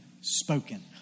spoken